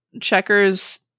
Checkers